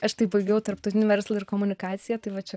aš tai baigiau tarptautinių verslo ir komunikaciją tai va čia